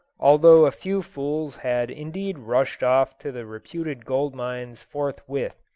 although a few fools had indeed rushed off to the reputed gold mines forthwith.